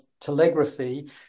telegraphy